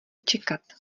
čekat